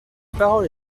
parole